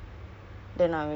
ya